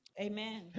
Amen